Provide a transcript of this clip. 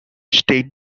state